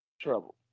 trouble